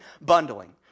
bundling